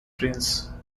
prince